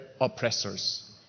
oppressors